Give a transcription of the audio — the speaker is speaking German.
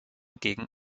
gegen